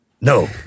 No